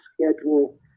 schedule